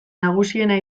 nagusiena